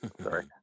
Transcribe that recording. sorry